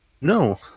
No